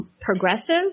progressive